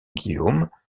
guillaume